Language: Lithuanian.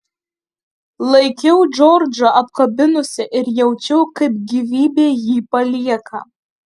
laikiau džordžą apkabinusi ir jaučiau kaip gyvybė jį palieka